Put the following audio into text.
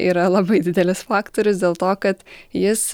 yra labai didelis faktorius dėl to kad jis